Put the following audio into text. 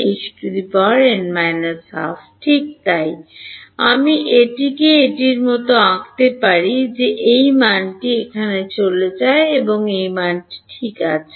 En 1 H n − 12 ঠিক তাই আমি এটিকে এটির মতো আঁকতে পারি যে এই মানটি এখানে চলে যায় এবং এই মানটি ঠিক আছে